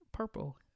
purple